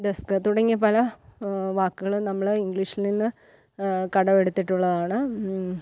desk തുടങ്ങിയ പല വാക്കുകളും നമ്മൾ ഇംഗ്ലീഷിൽ നിന്ന് കടമെടുത്തിട്ടുള്ളതാണ്